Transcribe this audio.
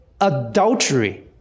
adultery